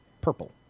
purple